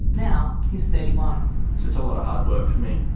now he's thirty one a lot of hard work for me.